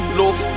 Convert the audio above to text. love